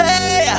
Hey